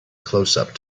closeup